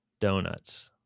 Donuts